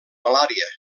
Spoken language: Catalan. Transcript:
malària